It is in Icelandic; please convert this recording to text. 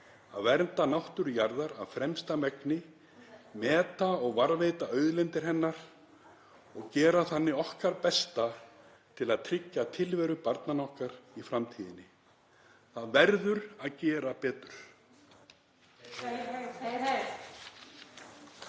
að vernda náttúru jarðar af fremsta megni, meta og varðveita auðlindir hennar og gera þannig okkar besta til að tryggja tilveru barnanna okkar í framtíðinni. Það verður að gera betur.